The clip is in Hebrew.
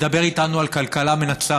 מדבר איתנו על כלכלה מנצחת.